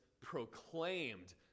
proclaimed